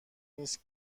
نیست